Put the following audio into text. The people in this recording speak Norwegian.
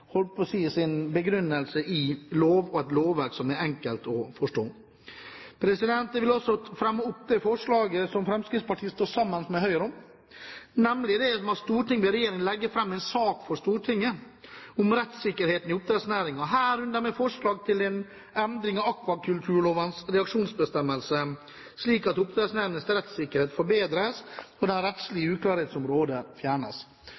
begrunnelse i et lovverk som er enkelt å forstå. Jeg vil også fremme det forslaget som Fremskrittspartiet står sammen med Høyre om: «Stortinget ber regjeringen legge frem en sak for Stortinget om rettssikkerheten i oppdrettsnæringen, herunder med forslag til en endring av akvakulturlovens reaksjonsbestemmelse, slik at oppdrettsnæringens rettssikkerhet forbedres og den rettslige uklarhet som råder, fjernes.»